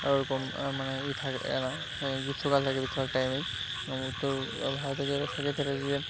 ওরকম মানে ইয়ে থাকে না গ্রীষ্মকাল থাকে গ্রীষ্মকালের টাইমে এবং উত্তর ভারতে যেটা থাকে সেটা হচ্ছে যে